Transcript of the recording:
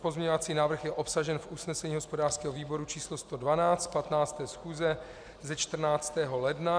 Pozměňovací návrh je obsažen v usnesení hospodářského výboru č. 112 z 15. schůze ze 14. ledna.